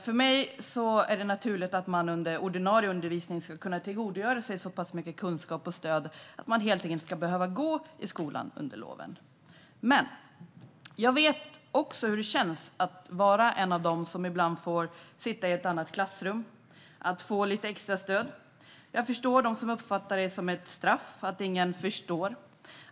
För mig är det naturligt att man under ordinarie undervisning ska kunna tillgodogöra sig så mycket kunskap och stöd att man inte ska behöva gå i skolan under loven. Jag vet hur det känns att vara en av dem som ibland får sitta i ett annat klassrum och få lite extra stöd. Jag förstår dem som uppfattar det som ett straff och att ingen förstår.